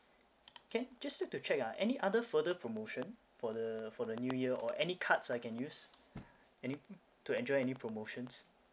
can just need to check ah any other further promotion for the for the new year or any cards I can use any to enjoy any promotions